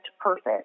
perfect